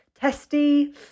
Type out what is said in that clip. Testy